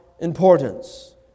importance